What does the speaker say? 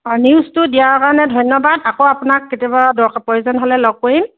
অঁ নিউজটো দিয়াৰ কাৰণে ধন্যবাদ আকৌ আপোনাক কেতিয়াবা প্ৰয়োজন হ'লে লগ কৰিম